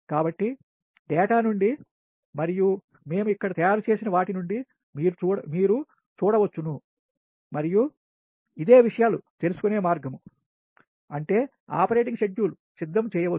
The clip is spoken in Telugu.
కాబట్టి డేటా నుండి మరియు మేము ఇక్కడ తయారు చేసిన వాటి నుండి మీరు చూడ వచ్చు మరియు ఇదే విషయాలు తెలుసుకొనే మార్గం అంటే ఆపరేటింగ్ షెడ్యూల్ సిద్ధం చేయ వచ్చు